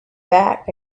back